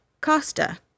Costa